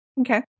Okay